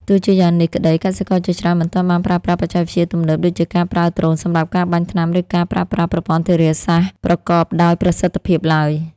ទោះជាយ៉ាងនេះក្តី កសិករជាច្រើនមិនទាន់បានប្រើប្រាស់បច្ចេកវិទ្យាទំនើបដូចជាការប្រើដ្រូនសម្រាប់ការបាញ់ថ្នាំឬការប្រើប្រាស់ប្រព័ន្ធធារាសាស្ត្រប្រកបដោយប្រសិទ្ធភាពឡើយ។